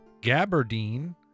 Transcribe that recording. Gabardine